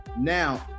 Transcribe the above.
Now